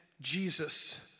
Jesus